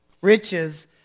riches